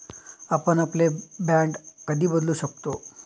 आपण आपले बाँड कधी बदलू शकतो?